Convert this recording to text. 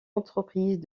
entreprises